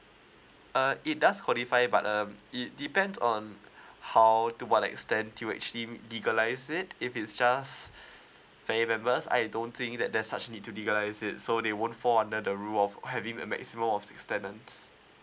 uh it does qualify but um it depends on how to what extent to actually legalize it if it's just family members I don't think that there's such need to legalize it so they won't fall under the rule of having a maximum of six tenants